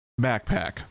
backpack